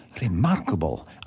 Remarkable